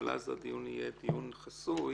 אבל אז הדיון יהיה דיון חסוי